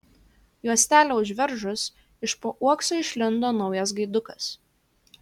juostelę užveržus iš po uokso išlindo naujas gaidukas